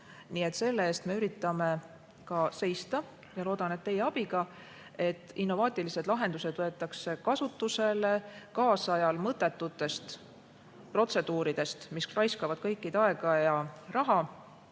Selle eest me üritame ka seista ja loodan, et teie abiga. Innovaatilised lahendused võetakse kasutusele, loobutakse kaasajal mõttetutest protseduuridest, mis raiskavad kõikide aega ja raha.